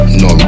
no